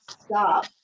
stop